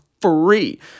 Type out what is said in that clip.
free